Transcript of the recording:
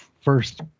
first